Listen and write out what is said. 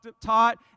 taught